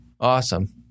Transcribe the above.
Awesome